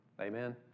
Amen